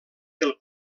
del